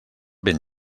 ben